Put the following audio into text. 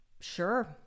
Sure